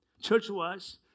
Church-wise